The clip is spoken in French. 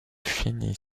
finit